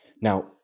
Now